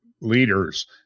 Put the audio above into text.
leaders